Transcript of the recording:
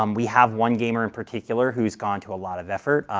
um we have one gamer in particular who has gone to a lot of effort,